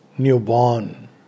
newborn